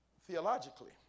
theologically